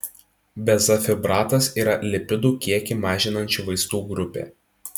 bezafibratas yra lipidų kiekį mažinančių vaistų grupė